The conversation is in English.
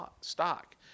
stock